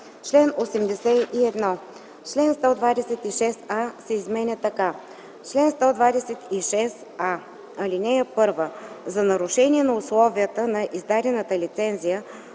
„§ 81. Член 126а се изменя така: „Чл. 126а. (1) За нарушение на условията на издадената лицензия,